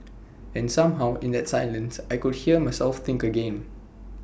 and somehow in that silence I could hear myself think again